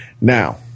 Now